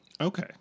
Okay